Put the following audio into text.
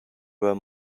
were